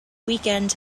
weekend